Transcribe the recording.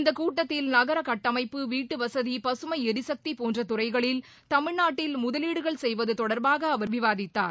இந்தக் கூட்டத்தில் நகர கட்டமைப்பு வீட்டு வசதி பசுமை எரிசுக்தி போன்ற துறைகளில் தமிழ்நாட்டில் முதலீடுகள் செய்வது தொடர்பாக அவர் விவாதித்தார்